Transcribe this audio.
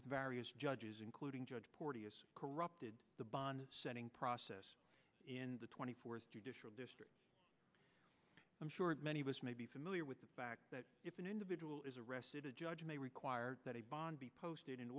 with various judges including judge porteous corrupted the bond setting process in the twenty fourth judicial district i'm sure many of us may be familiar with the fact that if an individual is arrested a judge may require that a bond be posted in